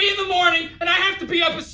the morning, and i have to be up